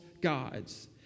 gods